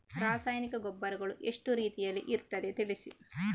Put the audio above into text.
ರಾಸಾಯನಿಕ ಗೊಬ್ಬರಗಳು ಎಷ್ಟು ರೀತಿಯಲ್ಲಿ ಇರ್ತದೆ ತಿಳಿಸಿ?